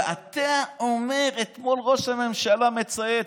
ואתה אומר: אתמול ראש הממשלה מצייץ.